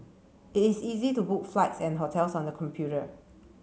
it is easy to book flights and hotels on the computer